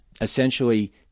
essentially